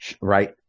right